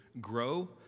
grow